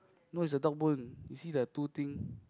no it's a dog bone you see the two thing